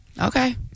Okay